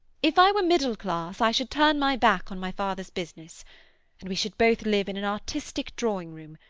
if i were middle-class i should turn my back on my father's business and we should both live in an artistic drawingroom,